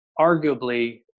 arguably